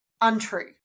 untrue